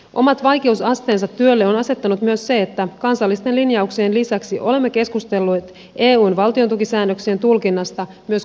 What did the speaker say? omat vaikeusasteensa työlle on asettanut myös se että kansallisten linjauksien lisäksi olemme keskustelleet eun valtiontukisäännöksien tulkinnasta myös komission kanssa